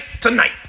Tonight